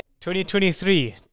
2023